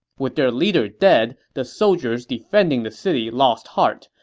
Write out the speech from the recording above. with their leader dead, the soldiers defending the city lost heart,